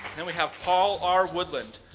then we have paul r. woodland.